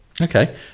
okay